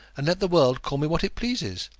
and let the world call me what it pleases.